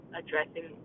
addressing